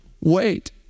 wait